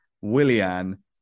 Willian